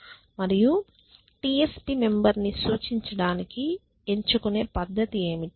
మరియు TSP member ని సూచించడానికి ఎంచుకునే పద్ధతి ఏమిటి